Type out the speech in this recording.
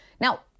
Now